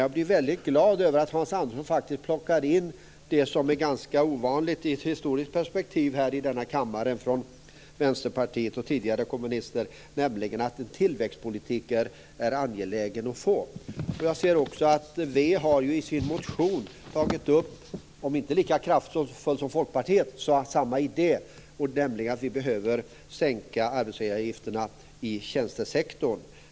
Jag blir glad över att Hans Andersson plockar in något som i historiskt perspektiv är ovanligt för Vänsterpartiet och de tidigare kommunisterna i denna kammare, nämligen att det är angeläget med en tillväxtpolitik. Jag ser att v i motion har tagit med - inte lika kraftfullt som Folkpartiet, fast samma idé - att arbetsgivaravgifterna behöver sänkas i tjänstesektorn.